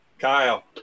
Kyle